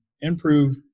improve